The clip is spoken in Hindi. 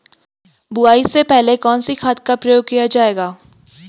बुआई से पहले कौन से खाद का प्रयोग किया जायेगा?